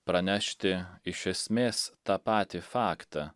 pranešti iš esmės tą patį faktą